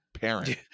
Parent